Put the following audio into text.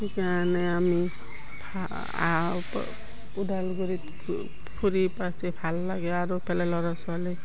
সেইকাৰণে আমি ভা ওদালগুৰিত ফুৰি পাছি ভাল লাগে আৰু পেলে ল'ৰা ছোৱালী